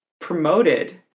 promoted